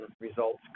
results